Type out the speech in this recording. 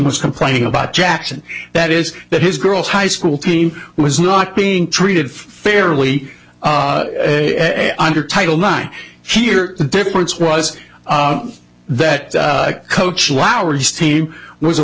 was complaining about jackson that is that his girl's high school team was not being treated fairly under title nine here the difference was that coach lauer just team was a